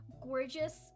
gorgeous